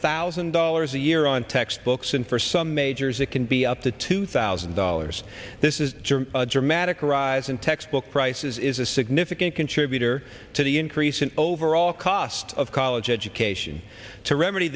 thousand dollars a year on textbooks and for some majors it can be up to two thousand dollars this is a dramatic rise in textbook prices is a significant contributor to the increase in overall cost of college education to remedy